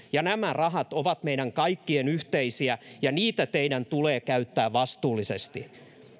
ja nämä rahat ovat meidän kaikkien yhteisiä ja niitä teidän tulee käyttää vastuullisesti